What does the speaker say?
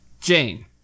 Jane